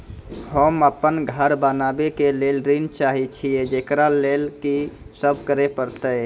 होम अपन घर बनाबै के लेल ऋण चाहे छिये, जेकरा लेल कि सब करें परतै?